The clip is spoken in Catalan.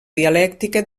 dialèctica